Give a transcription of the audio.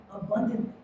abundantly